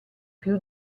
più